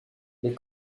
les